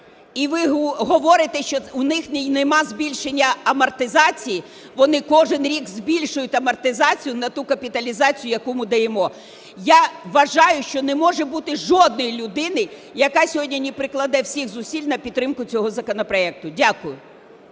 І ви говорите, що у них нема збільшення амортизації – вони кожен рік збільшують амортизацію на ту капіталізацію, як ми даємо. Я вважаю, що не може бути жодної людини, яка сьогодні не прикладе всіх зусиль на підтримку цього законопроекту. Дякую.